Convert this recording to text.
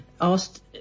Asked